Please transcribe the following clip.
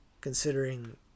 considering